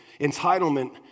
entitlement